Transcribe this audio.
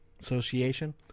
Association